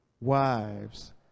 Wives